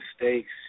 mistakes